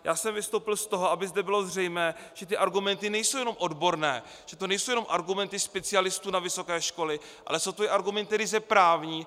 Já jsem vystoupil proto, aby zde bylo zřejmé, že ty argumenty nejsou jenom odborné, že to nejsou jenom argumenty specialistů na vysoké školy, ale jsou to i argumenty ryze právní.